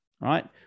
Right